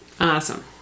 Awesome